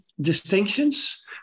distinctions